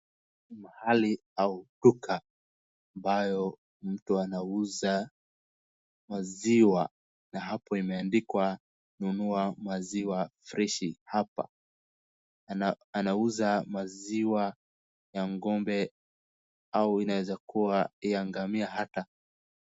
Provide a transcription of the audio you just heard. Mahali au duka ambayo mtu anauza maziwa na hapo imeandikwa nunua maziwa freshi hapa. Anauza maziwa ya ng'ombe au inaeza kua ya ngamia hata.